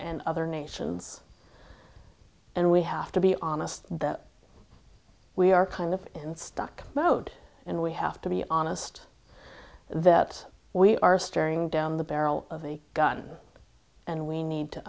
nations and we have to be honest that we are kind of in stuck mode and we have to be honest that we are staring down the barrel of a gun and we need to